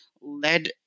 led